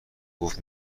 گفت